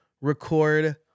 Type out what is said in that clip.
record